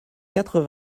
quatre